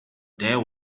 there